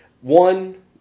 One